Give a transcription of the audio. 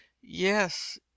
yes